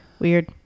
Weird